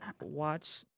watch